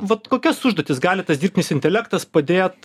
vat kokias užduotis gali tas dirbtinis intelektas padėt